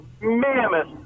mammoth